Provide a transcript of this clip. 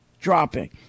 dropping